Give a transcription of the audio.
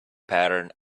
pattern